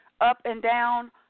up-and-down